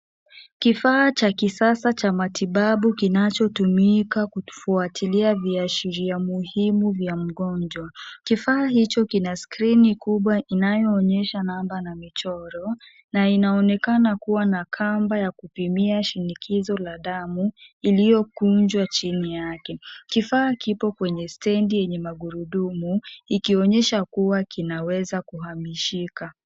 Kifaa cha kisasa cha matibabu kinachotumika kufuatilia viashiria muhimu vya mgonjwa. Kifaa hicho kina skrini kubwa inayoonyesha namba na michoro na inaonekana kuwa na kamba ya kupimia shinikizo la damu iliyokunjwa chini yake. Kifaa kipo kwenye stendi yenye magurudumu ikionyesha kuwa kinaweza kuhamishika.